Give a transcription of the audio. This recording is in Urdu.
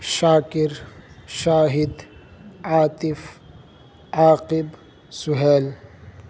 شاکر شاہد عاطف عاقب سہیل